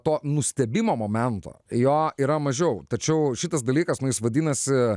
to nustebimo momento jo yra mažiau tačiau šitas dalykas na jis vadinasi